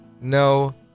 No